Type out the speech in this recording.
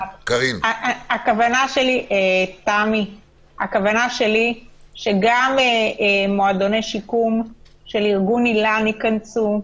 הכוונה שלי שגם מועדוני שיקום של ארגון איל"ן ייכנסו,